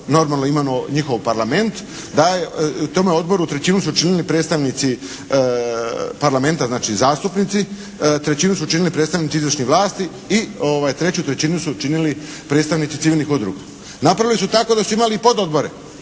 normalno imenovao njihov parlament, da je tomu odboru trećinu su činili predstavnici parlamenta, znači zastupnici. Trećinu su činili predstavnici izvršnih vlasti i treću trećinu su činili predstavnici civilnih udruga. Napravili su tako da su imali pododbore.